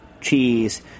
cheese